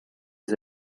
les